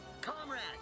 Comrades